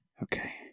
Okay